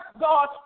God